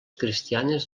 cristianes